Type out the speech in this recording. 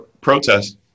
protest